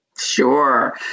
Sure